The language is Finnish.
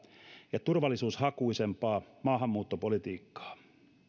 ja turvallisuushakuisempaa maahanmuuttopolitiikkaa